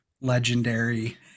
legendary